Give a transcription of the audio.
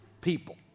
people